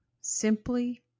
simply